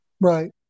Right